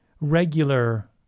regular